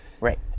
Right